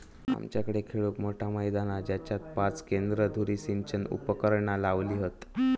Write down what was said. आमच्याकडे खेळूक मोठा मैदान हा जेच्यात पाच केंद्र धुरी सिंचन उपकरणा लावली हत